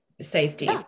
safety